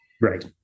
right